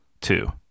two